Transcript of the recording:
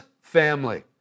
family